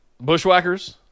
Bushwhackers